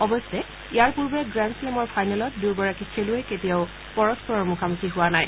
অৱশ্যে ইয়াৰ পূৰ্বে গ্ৰেণ্ডশ্লেমৰ ফাইনেলত দুয়োগৰাকী খেলুৱৈ কেতিয়াও পৰস্পৰৰ মুখামুখি হোৱা নাই